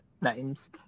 names